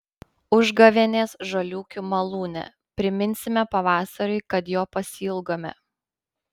užgavėnės žaliūkių malūne priminsime pavasariui kad jo pasiilgome